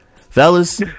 Fellas